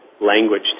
language